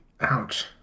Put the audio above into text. Ouch